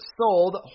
sold